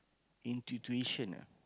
intuition ah